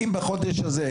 אם בחודש הזה,